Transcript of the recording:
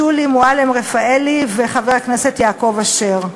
שולי מועלם-רפאלי ויעקב אשר.